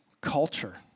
culture